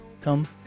come